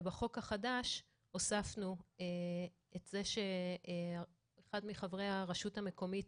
ובחוק החדש הוספנו את זה שאחד מחברי הרשות המקומית